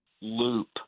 loop